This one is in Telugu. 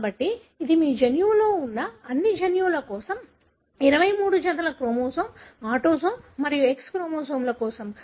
కాబట్టి ఇది మీ జన్యువులో ఉన్న అన్ని జన్యువుల కోసం 23 జతల క్రోమోజోమ్ ఆటోసోమ్ మరియు X క్రోమోజోమ్ల కోసం